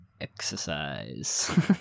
exercise